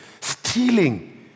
stealing